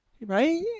Right